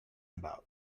about